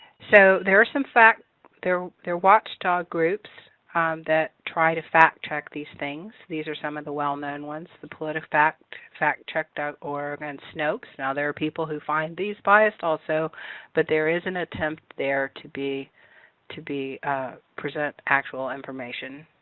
so there are some fact there are there watchdog groups that try to fact check these things. these are some of the well known ones politifact, factcheck dot org and snopes. now there are people who find these biased also but there is an attempt there to be to be present actual information.